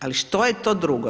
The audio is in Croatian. Ali što je to drugo?